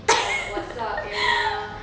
hi what's up anna